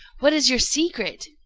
what is your secret?